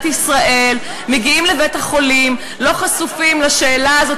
ישראל מגיעים לבית-החולים ולא חשופים לשאלה הזאת,